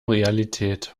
realität